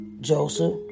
Joseph